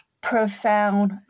profound